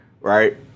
Right